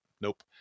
nope